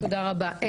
תודה רבה.